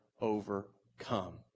overcome